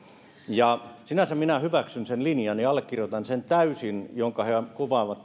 sinänsä minä hyväksyn sen linjan ja allekirjoitan sen täysin mitä he kuvaavat